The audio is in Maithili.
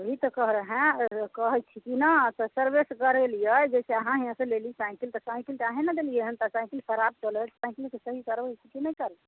वही तऽ कह रहे हैं कहे छी की ने सर्विस करेलियै जैसे अहाँ यहाँसँ लेली साइकिल तऽ साइकिल तऽ अहीं ने देलियै हन तऽ साइकिल खराब चलत साइकिलके सही करू की नहि करू